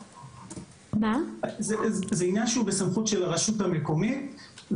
זה עניין שהוא בסמכות הרשות המקומית.